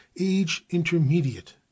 age-intermediate